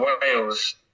Wales